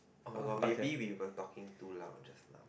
oh maybe we were talking too loud just now